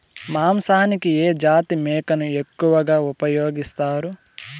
మాంసానికి ఏ జాతి మేకను ఎక్కువగా ఉపయోగిస్తారు?